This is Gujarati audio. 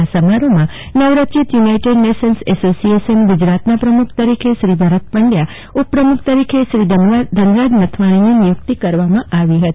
આ સમારોહમાં નવરચિત યુનાઇટેડ નેશન્સએસોસિયેશન ગુજરાતના પ્રમુખ તરીકે શ્રી ભારત પંડ્યા અને ઉપપ્રમુખ તરીકે શ્રી ધનરાજ નથવાણીની નિયુક્તિ કરવામાં આવી હતી